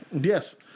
Yes